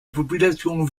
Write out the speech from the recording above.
population